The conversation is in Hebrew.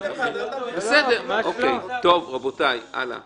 ------ רבותיי, הלאה.